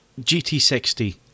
GT60